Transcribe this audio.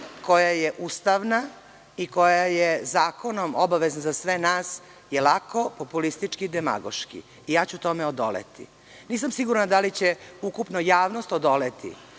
koja je ustavna i koja je zakonom obaveza za sve nas je lako, populistički, demagoški i ja ću tome odoleti. Nisam sigurna da li će ukupna javnost odoleti,